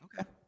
Okay